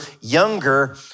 younger